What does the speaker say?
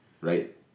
right